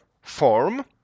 form